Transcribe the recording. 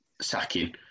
sacking